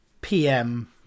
PM